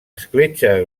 escletxa